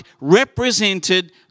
represented